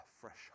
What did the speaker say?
fresh